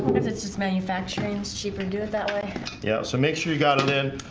if it's just manufacturing this cheaper, and do it that way yeah, so make sure you got it in